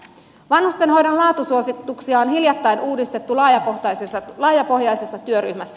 vanhustenhoidon laatusuosituksia on hiljattain uudistettu laajapohjaisessa työryhmässä